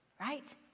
right